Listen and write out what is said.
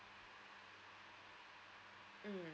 mm